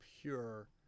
pure